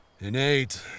Innate